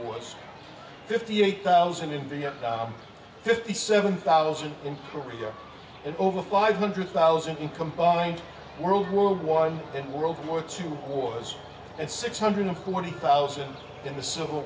was fifty eight thousand in india fifty seven thousand in korea and over five hundred thousand in combined world war one in world war two wars and six hundred forty thousand in the civil